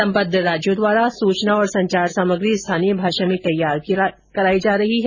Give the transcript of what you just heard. संबद्ध राज्यों द्वारा सूचना और संचार सामग्री स्थानीय भाषा में तैयार कराई जा रही है